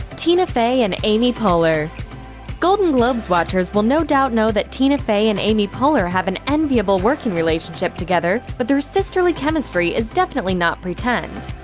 tina fey and amy poehler golden globes watchers will no doubt know that tina fey and amy poehler have an enviable working relationship together but their sisterly chemistry is definitely not pretend.